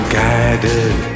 guided